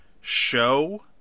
show